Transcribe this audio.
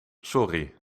sorry